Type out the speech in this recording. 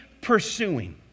pursuing